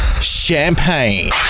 champagne